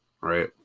right